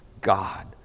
God